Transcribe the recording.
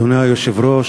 אדוני היושב-ראש,